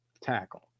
tackle